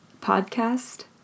Podcast